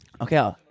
Okay